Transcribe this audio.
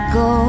go